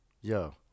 Yo